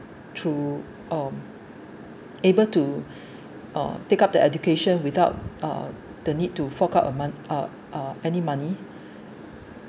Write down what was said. through um able to uh take up the education without uh the need to fork out a mo~ uh uh any money